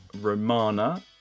Romana